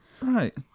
Right